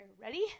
Ready